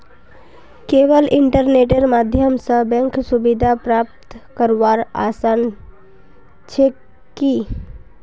केवल इन्टरनेटेर माध्यम स बैंक सुविधा प्राप्त करवार आसान छेक की